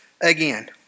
again